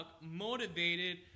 motivated